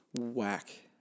Whack